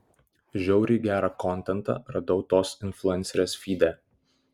žiauriai gerą kontentą radau tos influencerės fyde